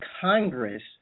Congress